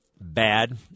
bad